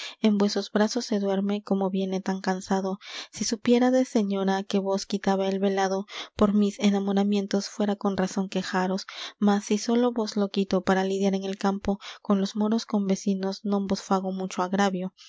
en vuesos brazos se duerme como viene tan cansado si supiérades señora que vos quitaba el velado por mis enamoramientos fuera con razón quejaros mas si sólo vos lo quito para lidiar en el campo con los moros convecinos non vos fago mucho agravio